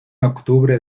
octubre